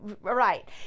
right